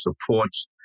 supports